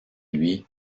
lui